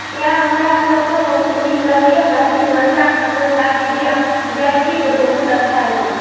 तेँ हमरासबके बहुत नीक लगैए मैथिली भाषा कतहु शादी बिआह जाइ छी तऽ बहुत अच्छा लगैए